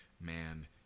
man